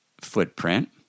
footprint